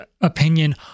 opinion